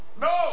No